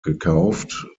gekauft